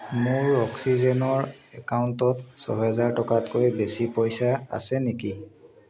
মোৰ অক্সিজেনৰ একাউণ্টত ছহেজাৰ টকাতকৈ বেছি পইচা আছে নেকি